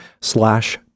slash